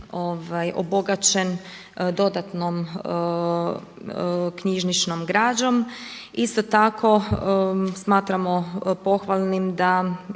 obogaćen dodatnom knjižničnom građom. Isto tako smatramo pohvalnim da